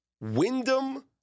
Wyndham